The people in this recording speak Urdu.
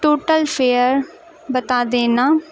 ٹوٹل فیئر بتا دینا